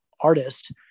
artist